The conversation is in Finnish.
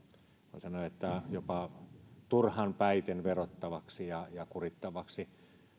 voi sanoa jopa turhan päiten verottavaksi ja ja kurittavaksi